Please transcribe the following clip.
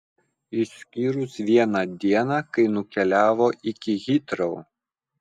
išskyrus vieną dieną kai nukeliavo iki hitrou